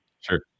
Sure